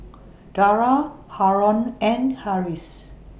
Dara Haron and Harris